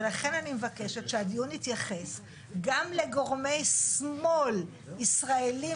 ולכן אני מבקשת שהדיון יתייחס גם לגורמי שמאל ישראלים